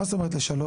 מה זאת אומרת לשלוש?